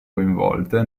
coinvolte